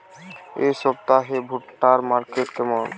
এই সপ্তাহে ভুট্টার মার্কেট কেমন?